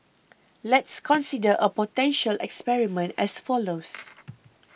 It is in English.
let's consider a potential experiment as follows